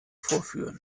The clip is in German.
vorführen